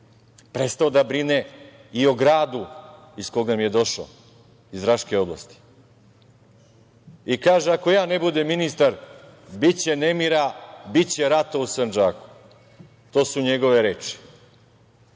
prestao da brine i o gradu iz koga je došao, iz Raške oblasti. Kaže – ako ja ne budem ministar, biće nemira, biće rata u Sandžaku. To su njegove reči.